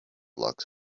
blocks